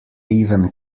even